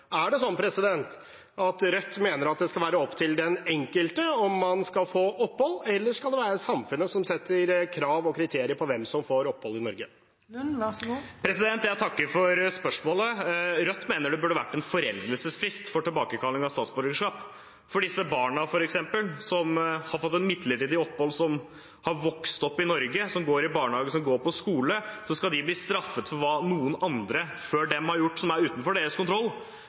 Er det slik at Rødt mener det skal være opp til den enkelte om man får opphold, eller skal det være samfunnet som setter krav og kriterier for hvem som får opphold i Norge? Jeg takker for spørsmålet. Rødt mener det burde vært en foreldelsesfrist for tilbakekalling av statsborgerskap. At f.eks. de barna som har fått midlertidig opphold, som har vokst opp i Norge, som går i barnehage, som går på skole, skal bli straffet for hva noen andre før dem har gjort, som er utenfor deres kontroll,